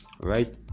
right